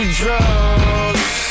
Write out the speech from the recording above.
drugs